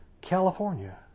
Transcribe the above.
California